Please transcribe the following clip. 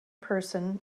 person